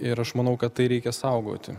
ir aš manau kad tai reikia saugoti